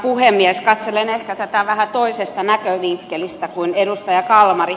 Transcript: katselen ehkä tätä vähän toisesta näkövinkkelistä kuin edustaja kalmari